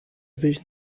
wyjść